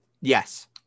Yes